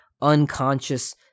unconscious